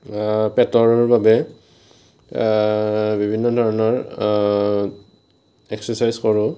পেটৰ বাবে বিভিন্ন ধৰণৰ এক্সাৰচাইজ কৰোঁ